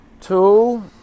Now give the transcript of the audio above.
two